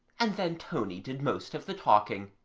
and then tony did most of the talking.